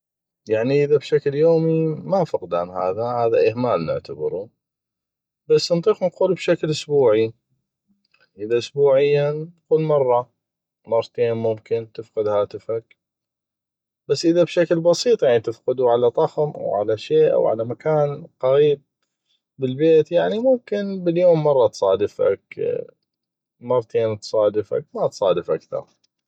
يعني اذا بشكل يومي ما فقدان هذا اهمال نعتبرو بس نطيق بشكل اسبوعي يعني اذا اسبوعيا قول مره مرتين ممكن تفقد هاتفك بس اذا بشكل بسيط يعني تفقدو على طخم أو على شي أو على مكان قغيب بالبيت يعني ممكن باليوم مره تصادفك أو مرتين تصادفك يعني ما تصادف اكثغ